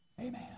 Amen